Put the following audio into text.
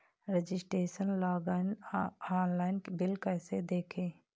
Registration login online bill कैसे देखें?